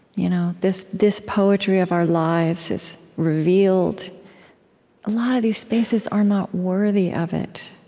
you know this this poetry of our lives is revealed a lot of these spaces are not worthy of it.